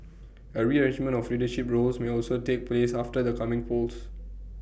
A rearrangement of leadership roles may also take place after the coming polls